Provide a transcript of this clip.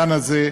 זמנך.